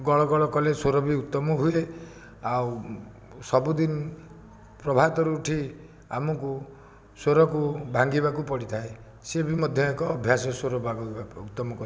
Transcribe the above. ଗଳ ଗଳ କଲେ ସ୍ୱର ବି ଉତ୍ତମ ହୁଏ ଆଉ ସବୁଦିନ ପ୍ରଭାତରୁ ଉଠି ଆମକୁ ସ୍ୱରକୁ ଭାଙ୍ଗିବାକୁ ପଡ଼ିଥାଏ ସେ ବି ମଧ୍ୟ ଏକ ଅଭ୍ୟାସ ସ୍ୱର ଭାବେ ଉତ୍ତମ କରିବା ପାଇଁ